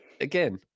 again